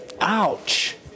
Ouch